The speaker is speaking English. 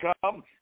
come